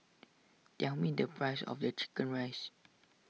tell me the price of the Chicken Rice